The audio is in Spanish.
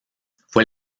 fue